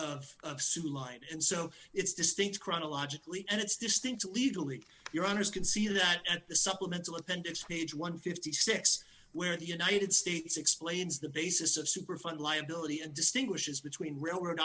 of su line and so it's distinct chronologically and it's distinct legally your honour's can see that at the supplemental appendix page one hundred and fifty six where the united states explains the basis of superfund liability and distinguishes between r